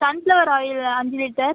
sunflower oil அஞ்சு litre